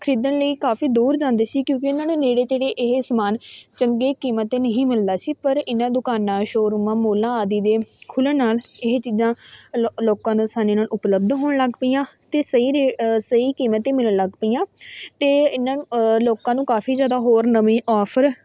ਖਰੀਦਣ ਲਈ ਕਾਫ਼ੀ ਦੂਰ ਜਾਂਦੇ ਸੀ ਕਿਉਂਕਿ ਉਹਨਾਂ ਦੇ ਨੇੜੇ ਤੇੜੇ ਇਹ ਸਮਾਨ ਚੰਗੀ ਕੀਮਤ 'ਤੇ ਨਹੀਂ ਮਿਲਦਾ ਸੀ ਪਰ ਇਹਨਾਂ ਦੁਕਾਨਾਂ ਸ਼ੋਅਰੂਮਾਂ ਮੋਲਾਂ ਆਦਿ ਦੇ ਖੁੱਲ੍ਹਣ ਨਾਲ਼ ਇਹ ਚੀਜ਼ਾਂ ਲੋ ਲੋਕਾਂ ਨੂੰ ਆਸਾਨੀ ਨਾਲ਼ ਉਪਲਬਧ ਹੋਣ ਲੱਗ ਪਈਆਂ ਅਤੇ ਸਹੀ ਰੇਟ ਸਹੀ ਕੀਮਤ 'ਤੇ ਮਿਲਣ ਲੱਗ ਪਈਆਂ ਅਤੇ ਇਹਨਾਂ ਨੂੰ ਲੋਕਾਂ ਨੂੰ ਕਾਫ਼ੀ ਜ਼ਿਆਦਾ ਹੋਰ ਨਵੀਂ ਔਫਰ